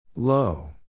Low